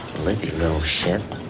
lippy little shit.